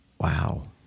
Wow